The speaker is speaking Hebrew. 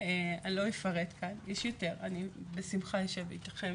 אני לא אפרט כאן, יש יותר, אני בשמחה אשב איתכם